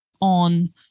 On